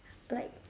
like